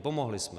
Pomohli jsme.